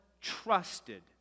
trusted